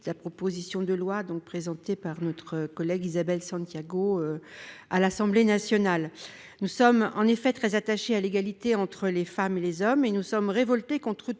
la proposition de loi présentée par notre collègue Isabelle Santiago à l'Assemblée nationale. Nous sommes en effet très attachés à l'égalité entre les femmes et les hommes, et particulièrement révoltés contre toute